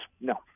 no